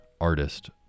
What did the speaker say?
artist